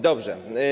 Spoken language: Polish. Dobrze.